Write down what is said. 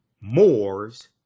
Moors